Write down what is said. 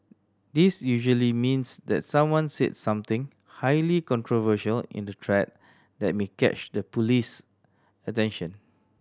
this usually means that someone said something highly controversial in the thread that may catch the police attention